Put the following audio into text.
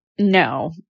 No